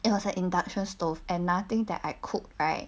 it was an induction stove and nothing that I cooked right